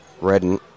Redden